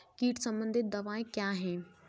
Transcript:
कीट संबंधित दवाएँ क्या हैं?